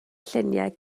lluniau